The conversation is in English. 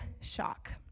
shock